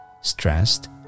stressed